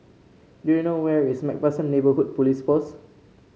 do you know where is MacPherson Neighbourhood Police Post